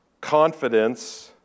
confidence